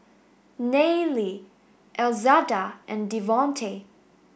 Nayely Elzada and Devontae